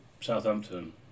Southampton